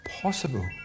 possible